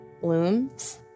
Blooms